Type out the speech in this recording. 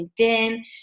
LinkedIn